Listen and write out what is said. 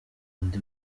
undi